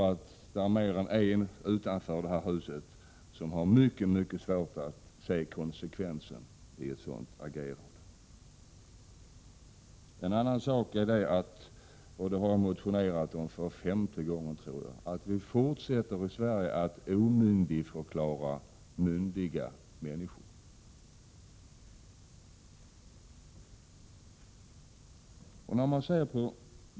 Det är mer än en utanför det här huset som har mycket svårt att se konsekvensen i ett sådant agerande. En annan sak är — och det har jag motionerat om för femte gången, tror jag — att vi i Sverige fortsätter att omyndigförklara myndiga människor.